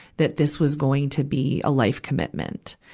that this was going to be a life commitment.